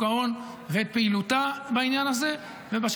ההון ואת פעילותה בעניין הזה לא ב-100% ב-300%.